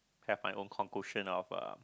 have my own of uh